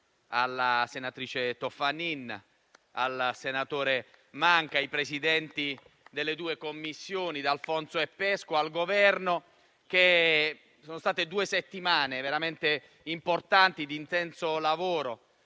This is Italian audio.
alla senatrice Toffanin e al senatore Manca, ai Presidenti delle due Commissioni, senatori D'Alfonso e Pesco, e al Governo. Sono state due settimane veramente importanti e di intenso lavoro.